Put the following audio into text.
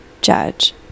judge